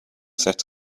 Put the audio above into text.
set